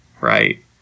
right